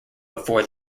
before